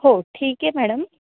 हो ठीक आहे मॅडम